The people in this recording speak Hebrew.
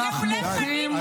כך מוחים,